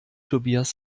tobias